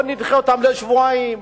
נדחה אותם בשבועיים,